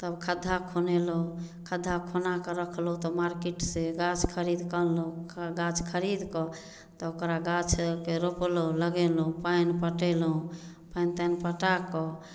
तब खद्धा खुनेलहुॅं खद्धा खुनाकऽ रखलहुॅं तऽ मार्केट से गाछ खरीद कऽ अनलहुॅं गाछ खरीद कऽ तऽ ओकरा गाछके रोपलहुॅं लगेलहुॅं पानि पटेलहुॅं पानि तानि पटा कऽ